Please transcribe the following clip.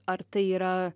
ar tai yra